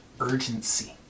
urgency